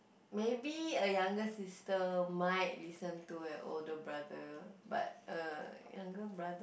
maybe a younger sister might listen to an older brother but uh younger brother